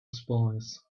spies